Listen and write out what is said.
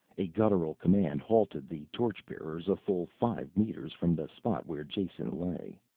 a guttural command halted the torch-bearers a full five meters from the spot where jason lay.